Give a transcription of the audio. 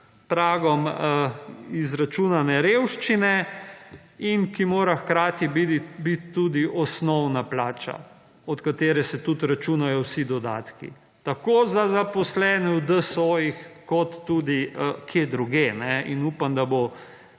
pragom izračunane revščine in ki mora biti hkrati tudi osnovna plača, od katere se tudi računajo vsi dodatki tako za zaposlene v DSO kot tudi kje drugje in upam, da bo